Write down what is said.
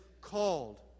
called